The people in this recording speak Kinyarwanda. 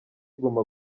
guma